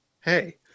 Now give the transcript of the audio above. Hey